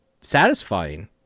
satisfying